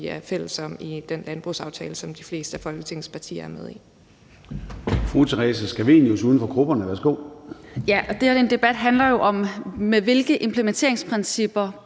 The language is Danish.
er fælles om i den landbrugsaftale, som de fleste af Folketingets partier er med i.